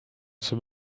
saab